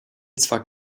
zwar